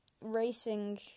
Racing